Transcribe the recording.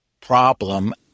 problem